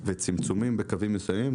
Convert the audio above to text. צמצומים בקווים מסוימים,